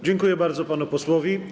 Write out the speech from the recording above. Dziękuję bardzo panu posłowi.